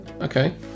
okay